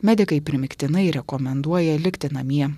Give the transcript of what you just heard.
medikai primygtinai rekomenduoja likti namie